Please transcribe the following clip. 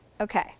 okay